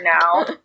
now